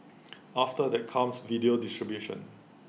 after that comes video distribution